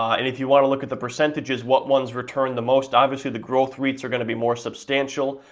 and if you want to look at the percentages what ones returned the most, obviously the growth reits are gonna be more substantial.